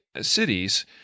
cities